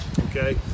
Okay